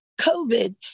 COVID